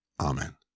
Amen